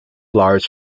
lars